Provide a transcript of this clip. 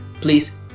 Please